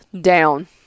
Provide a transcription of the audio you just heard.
down